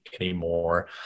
anymore